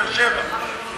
באר-שבע,